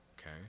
okay